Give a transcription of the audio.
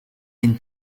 been